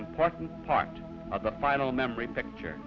important part of the final memory picture